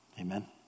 Amen